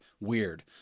weird